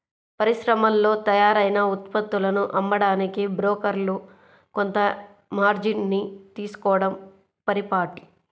పరిశ్రమల్లో తయారైన ఉత్పత్తులను అమ్మడానికి బ్రోకర్లు కొంత మార్జిన్ ని తీసుకోడం పరిపాటి